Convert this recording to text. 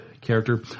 character